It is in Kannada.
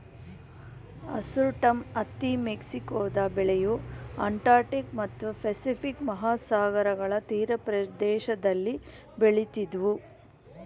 ಹರ್ಸುಟಮ್ ಹತ್ತಿ ಮೆಕ್ಸಿಕೊದ ಬೆಳೆಯು ಅಟ್ಲಾಂಟಿಕ್ ಮತ್ತು ಪೆಸಿಫಿಕ್ ಮಹಾಸಾಗರಗಳ ತೀರಪ್ರದೇಶದಲ್ಲಿ ಬೆಳಿತಿದ್ವು